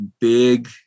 big